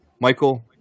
Michael